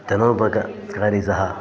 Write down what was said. जनोपकारि सः